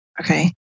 Okay